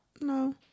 No